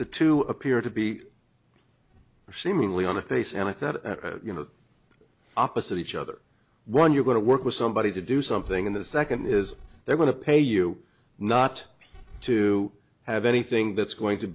the two appear to be seemingly on the face and i thought you know opposite each other one you're going to work with somebody to do something in the second is they're going to pay you not to have anything that's going to